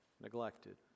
neglected